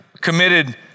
committed